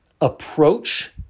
approach